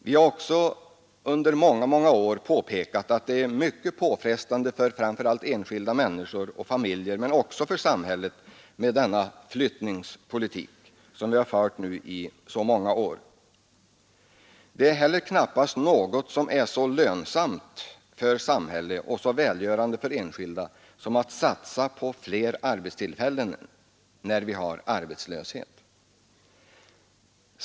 Vi har också under många år påpekat att det är mycket påfrestande för framför allt enskilda människor och familjer men också för samhället med den flyttningspolitik som vi nu under många år har haft. Det är dessutom knappast något som är så lönsamt för samhället och så välgörande för enskilda som att satsa på fler arbetstillfällen när det är arbetslöshet.